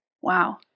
Wow